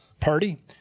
party